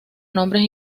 nombres